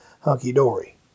hunky-dory